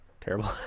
Terrible